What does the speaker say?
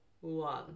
one